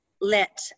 let